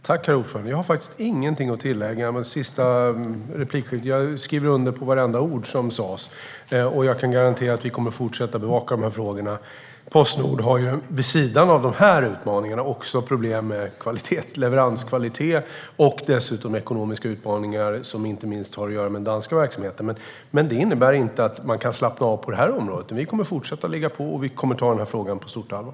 Herr talman! Jag har faktiskt ingenting att tillägga efter det sista anförandet. Jag skriver under på vartenda ord som sas och kan garantera att vi kommer att fortsätta att bevaka detta. Postnord har vid sidan av dessa utmaningar också problem med leveranskvalitet och har dessutom ekonomiska utmaningar som inte minst har att göra med den danska verksamheten. Det innebär dock inte att man kan slappna av på detta område. Vi kommer att fortsätta att ligga på, och vi tar frågan på stort allvar.